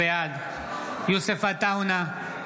בעד יוסף עטאונה,